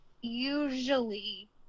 usually